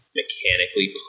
mechanically